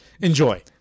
enjoy